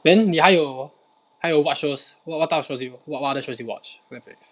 then 你还有还有 what shows what what types of shows what what other shows you watch Netflix